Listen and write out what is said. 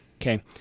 Okay